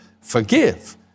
forgive